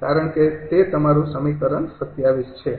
કારણ કે તે તમારું સમીકરણ ૨૭ છે